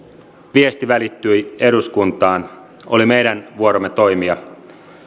viesti välittyi eduskuntaan oli meidän vuoromme toimia